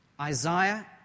Isaiah